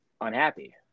unhappy